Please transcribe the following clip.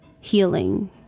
healing